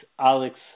Alex